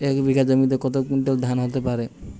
এক বিঘা জমিতে কত কুইন্টাল ধান হতে পারে?